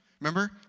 Remember